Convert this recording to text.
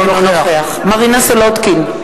אינו נוכח מרינה סולודקין,